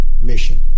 mission